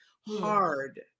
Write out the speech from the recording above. hard